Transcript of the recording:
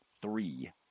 three